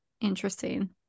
interesting